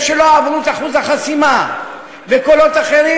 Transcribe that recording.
שלא עברו את אחוז החסימה וקולות אחרים,